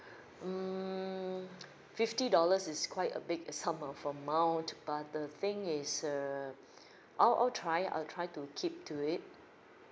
mm fifty dollars is quite a big sum of amount but the thing is err I'll I'll try I'll try to keep to it